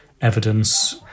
evidence